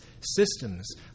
systems